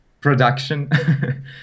production